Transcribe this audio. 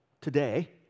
today